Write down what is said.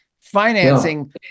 Financing